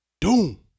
Doom